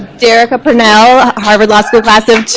derecka purnell, harvard law school class of two